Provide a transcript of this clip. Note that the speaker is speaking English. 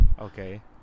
Okay